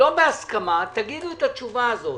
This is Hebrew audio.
לא בהסכמה תגידו את התשובה הזאת,